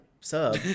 sub